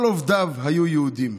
כל עובדיו היו יהודים".